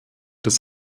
des